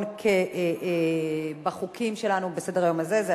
לתוצאות: בעד, 19, אין מתנגדים, אין נמנעים.